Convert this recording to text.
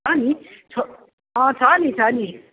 अनि छ अँ छ नि छ नि